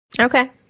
Okay